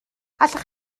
allwch